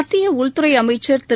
மத்திய உள்துறை அமைச்சர் திரு